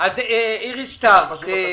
איריס שטרק,